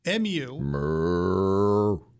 mu